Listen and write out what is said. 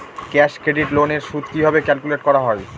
Cash credit loan এর সুদ কিভাবে ক্যালকুলেট করা হয়?